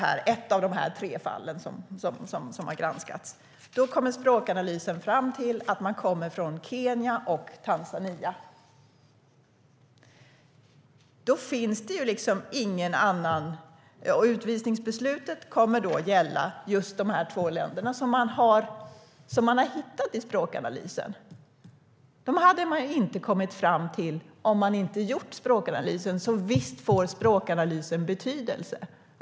I ett av de tre fall som har granskats kom språkanalysen fram till att personen kom från Kenya eller Tanzania. Utvisningsbeslutet gällde just dessa två länder som utpekades i språkanalysen. Det hade man inte kommit fram till annars, så visst har språkanalysen betydelse.